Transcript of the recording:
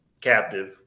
captive